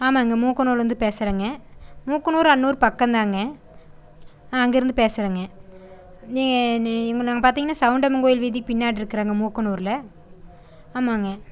ஆமாங்க மூக்கனூர்லருந்து பேசுறேங்க மூக்கனூர் அன்னூர் பக்கம்தாங்க ஆ அங்கேருந்து பேசுறேங்க நீ நீ இவுங் நாங்க பார்த்தீங்கன்னா சவுண்டம்மன் கோயில் வீதி பின்னாடிருக்கறங்க மூக்கனூரில் ஆமாங்க